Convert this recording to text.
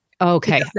Okay